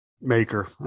maker